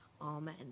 Amen